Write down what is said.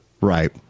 right